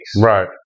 Right